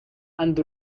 and